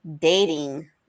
dating